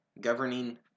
governing